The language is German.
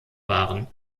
waren